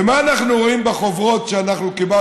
ומה אנחנו רואים בחוברות שקיבלנו,